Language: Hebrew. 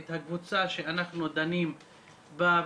את הקבוצה שאנחנו דנים בה,